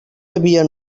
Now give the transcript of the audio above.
havia